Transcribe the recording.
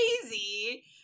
crazy